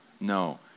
No